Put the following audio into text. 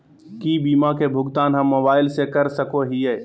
की बीमा के भुगतान हम मोबाइल से कर सको हियै?